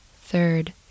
third